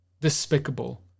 despicable